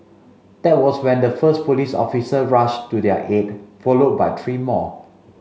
that was when the first police officer rushed to their aid followed by three more